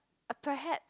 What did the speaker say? perhaps